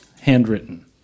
handwritten